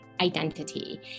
identity